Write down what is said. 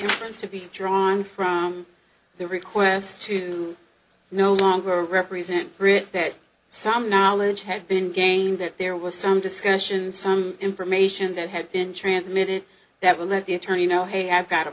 commitments to be drawn from the request to no longer represent brit that some knowledge had been gained that there was some discussion some information that had been transmitted that would let the attorney know hey i've got a